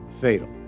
fatal